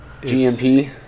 GMP